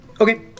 Okay